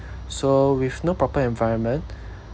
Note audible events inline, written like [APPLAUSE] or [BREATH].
so with no proper environment [BREATH]